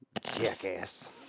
Jackass